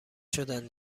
شدن